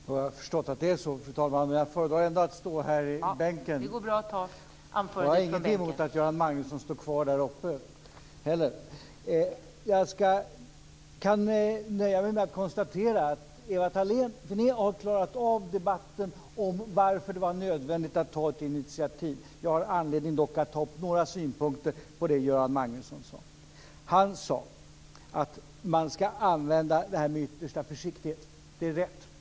Fru talman! Jag har förstått att det här räknas som ett nytt anförande, men jag föredrar ändå att stå här i bänken och tala. Jag har inget emot att Göran Magnusson står kvar uppe i talarstolen. Jag kan nöja mig med att konstatera att Eva Thalén Finné har klarat av debatten om varför det var nödvändigt att ta ett initiativ. Jag har dock anledning att ta upp några synpunkter på det som Göran Magnusson sade. Han sade att man skall använda det här med yttersta försiktighet. Det är rätt.